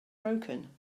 broken